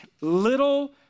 little